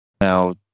Now